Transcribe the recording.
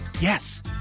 Yes